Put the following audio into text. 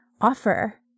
offer